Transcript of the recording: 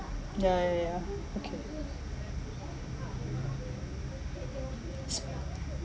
ya ya ya okay